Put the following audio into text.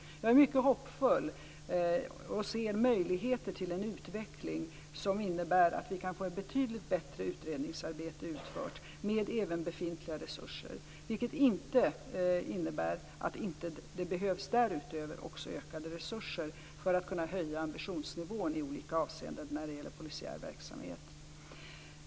Jag är mycket hoppfull och ser möjligheter till en utveckling som innebär att vi kan få ett betydligt bättre utredningsarbete utfört även med befintliga resurser, vilket inte innebär att det därutöver inte behövs ökade resurser för att kunna höja ambitionsnivån i olika avseenden när det gäller polisiär verksamhet.